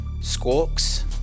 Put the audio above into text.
Squawks